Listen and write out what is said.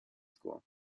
school